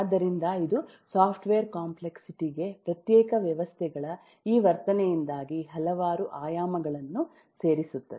ಆದ್ದರಿಂದ ಇದು software complexity ಗೆ ಪ್ರತ್ಯೇಕ ವ್ಯವಸ್ಥೆಗಳ ಈ ವರ್ತನೆಯಿಂದಾಗಿ ಹಲವಾರು ಆಯಾಮಗಳನ್ನು ಸೇರಿಸುತ್ತದೆ